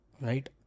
Right